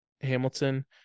Hamilton –